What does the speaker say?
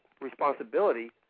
responsibility